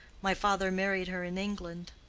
my father married her in england.